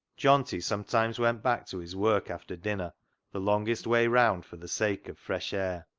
johnty sometimes went back to his work after dinner the longest way round for the sake of fresh air,